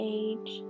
age